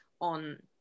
on